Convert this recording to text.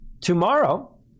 tomorrow